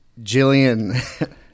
Jillian